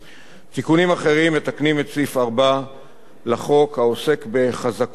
תיקונים אחרים מתקנים את סעיף 4 לחוק העוסק בחזקות הקיפוח.